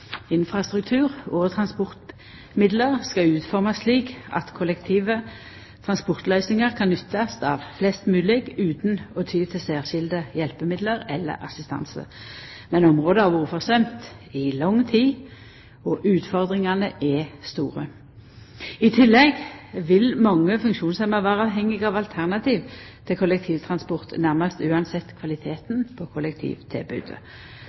Infrastruktur og transportmiddel skal utformast slik at kollektive transportløysingar kan nyttast av flest mogleg, utan å ty til særskilde hjelpemiddel eller assistanse. Men området har vore forsømt i lang tid, og utfordringane er store. I tillegg vil mange funksjonshemma vera avhengige av alternativ til kollektivtransport, nærast uansett kvaliteten på kollektivtilbodet.